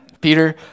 Peter